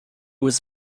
was